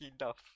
enough